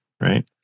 right